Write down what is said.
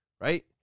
right